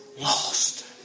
lost